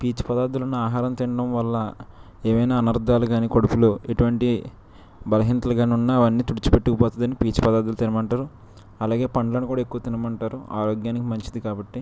పీచు పదార్థాలు ఉన్న ఆహారం తినడం వల్ల ఏమైనా అనర్ధాలు కానీ కడుపులో ఎటువంటి బలహీనతలు గాని ఉన్నా అవన్నీ తుడిచిపెట్టుకుపోతుందని పీచు పదార్థాలు తినమంటారు అలాగే పండ్లను కూడా ఎక్కువ తినమంటారు ఆరోగ్యానికి మంచిది కాబట్టి